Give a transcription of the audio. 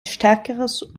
stärkeres